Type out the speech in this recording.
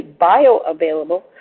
bioavailable